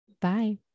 Bye